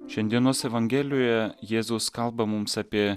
šiandienos evangelijoje jėzus kalba mums apie